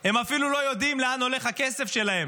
הם אפילו לא יודעים לאן הולך הכסף שלהם.